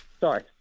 Sorry